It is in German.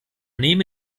nehme